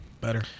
better